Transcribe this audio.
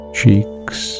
cheeks